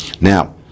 Now